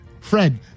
Fred